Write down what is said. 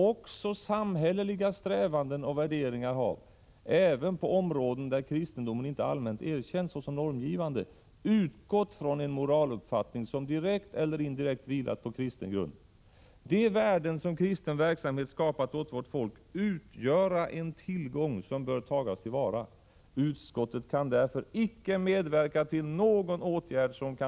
Också samhälleliga strävanden och värderingar ha, även på områden där kristendomen inte allmänt erkänts såsom normgivande, utgått från en moraluppfattning som direkt eller indirekt vilar på kristen grund. De värden som kristen verksamhet skapat åt vårt folk utgöra en tillgång som bör tagas till vara. Utskottet kan därför inte medverka till någon åtgärd som kan = Prot.